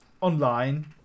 online